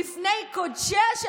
בפני קודשיה של